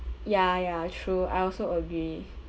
ya ya true I also agree